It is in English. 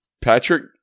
Patrick